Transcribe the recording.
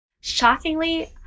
Shockingly